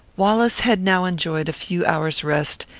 wallace had now enjoyed a few hours' rest,